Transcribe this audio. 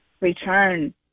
return